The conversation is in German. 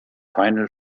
final